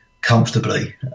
comfortably